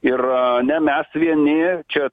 ir ne mes vieni čia